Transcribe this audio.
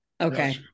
Okay